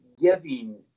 giving